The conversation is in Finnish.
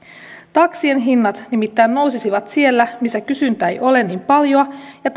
taksien hinnat nimittäin nousisivat siellä missä kysyntää ei ole niin paljoa ja